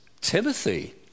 Timothy